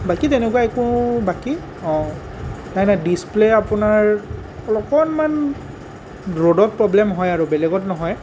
বাকী তেনেকুৱা একো বাকী অঁ নাই নাই ডিছপ্লে' আপোনাৰ অলপ অকণমান ৰ'দত প্ৰ'ব্লেম হয় আৰু বেলেগত নহয়